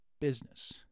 business